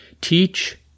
Teach